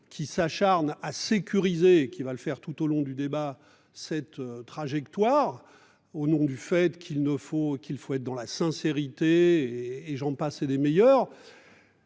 qui s'acharne à sécuriser qui va le faire tout au long du débat. Cette trajectoire. Au nom du fait qu'il ne faut qu'il faut être dans la sincérité et j'en passe et des meilleures.